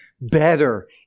better